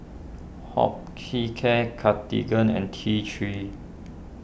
Hospicare Cartigain and T three